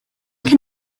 can